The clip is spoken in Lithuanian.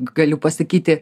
galiu pasakyti